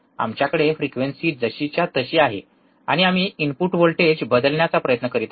आमच्याकडे फ्रिक्वेन्सी जशीच्या तशी आहे आणि आम्ही इनपुट व्होल्टेज बदलण्याचा प्रयत्न करीत आहोत